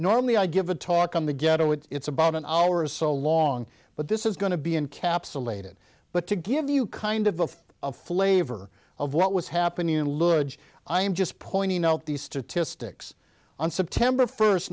normally i give a talk on the ghetto it's about an hour or so long but this is going to be encapsulated but to give you kind of a flavor of what was happening in libya i'm just pointing out these statistics on september first